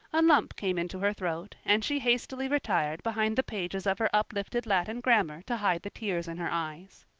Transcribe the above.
a lump came into her throat, and she hastily retired behind the pages of her uplifted latin grammar to hide the tears in her eyes.